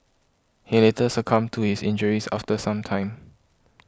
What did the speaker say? he later succumbed to his injuries after some time